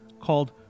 called